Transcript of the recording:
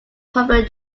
popular